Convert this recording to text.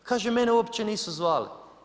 Kaže mene uopće nisu zvali.